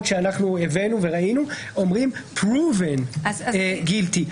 שאנחנו הבאנו וראינו אומרים: פרובן גילטי.